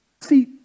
See